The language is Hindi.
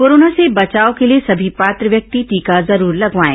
कोरोना से बचाव के लिए सभी पात्र व्यक्ति टीका जरूर लगवाएं